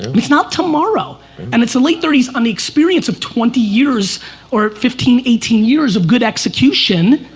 it's not tomorrow and it's a late thirty s on the experience of twenty years or fifteen, eighteen years of good execution,